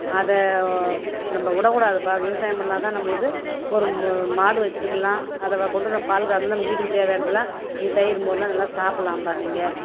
அதை ஓ நம்ப விடக்கூடாது பா விவசாயம் பண்ணிணா தான் நம்பளுக்கு ஒரு மு மாடு வச்சுருக்கலாம் அதை வ கொண்டு நம்ம பால் கறந்து நம் வீட்டுக்கு தேவையானதெல்லாம் நீங்கள் தயிர் மோரெலான் நல்லா சாப்பிட்லாம்பா நீங்கள்